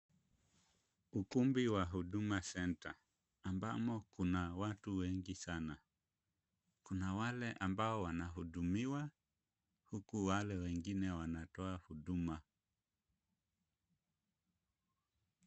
Ukumbi wa Huduma Center, ambamo kuna watu wengi sana. Kuna wale ambao wanahudumiwa huku wale wengine wanatoa huduma.